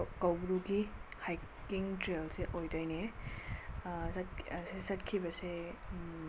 ꯀꯧꯕ꯭ꯔꯨꯒꯤ ꯍꯥꯏꯀꯤꯡ ꯇ꯭ꯔꯦꯜꯁꯦ ꯑꯣꯏꯗꯣꯏꯅꯦ ꯁꯤ ꯆꯠꯈꯤꯕꯁꯦ